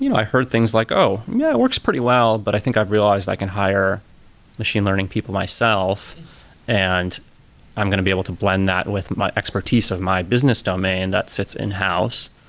you know i heard things like, oh, yeah. it works pretty well, but i think i've realized i can hire machine learning people myself and i'm going to be able to blend that with my expertise of my business domain that sits in-house.